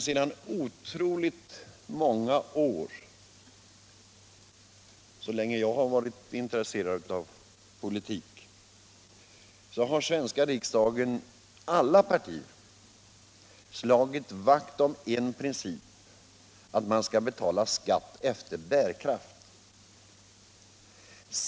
Sedan otroligt många år, så länge jag har varit intresserad av politik, har alla partier i den svenska riksdagen slagit vakt om principen att medborgarna skall betala skatt efter bärkraft.